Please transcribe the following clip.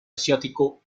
asiático